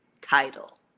title